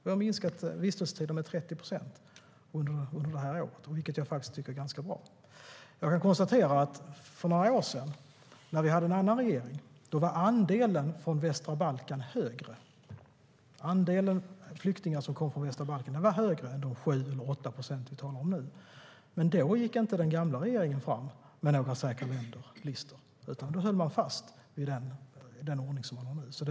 Vi har minskat vistelsetiden med 30 procent under det här året, vilket jag tycker är ganska bra. Jag kan konstatera att för några år sedan, när vi hade en annan regering, var andelen flyktingar som kom från västra Balkan högre än de 7 eller 8 procent som vi nu talar om, men då gick inte den regeringen fram med några listor över säkra länder utan höll fast vid den ordning som vi har.